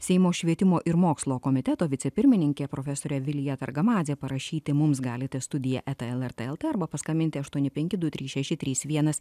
seimo švietimo ir mokslo komiteto vicepirmininkė profesorė vilija targamadzė parašyti mums galite studija eta lrt lt arba paskambinti aštuoni penki du trys šeši trys vienas